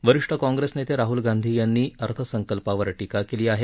वरिष्ठ काँग्रेस नेते राहूल गांधी यांनी अर्थसंकल्पावर टीका केली आहे